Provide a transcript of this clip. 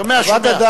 שומע, שומע.